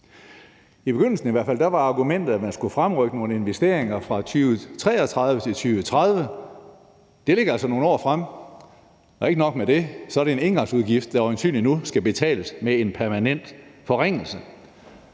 i begyndelsen var argumentet, at man skulle fremrykke nogle investeringer fra 2033 til 2030. Det ligger altså nogle år fremme. Og ikke nok med det: Det en engangsudgift, der øjensynlig nu skal betales med en permanent forringelse.